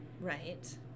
Right